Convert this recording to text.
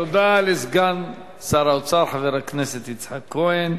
תודה לסגן שר האוצר, חבר הכנסת יצחק כהן.